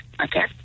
Okay